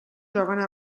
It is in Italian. giovane